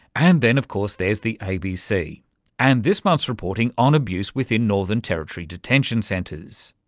and then of course there's the abc and this month's reporting on abuse within northern territory detention centres.